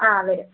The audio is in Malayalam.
ആ വരും